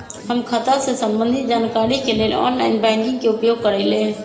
हम खता से संबंधित जानकारी के लेल ऑनलाइन बैंकिंग के उपयोग करइले